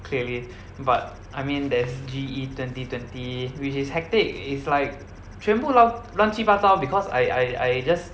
clearly but I mean there's G_E twenty twenty which is hectic it's like 全部 lao~ 乱七八糟 because I I I just